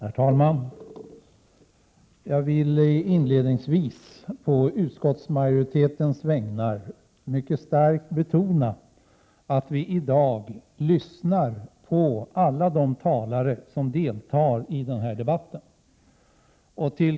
Herr talman! Jag vill inledningsvis å utskottsmajoritetens vägnar mycket starkt betona att vi i dag lyssnar på alla de talare som deltar i debatten.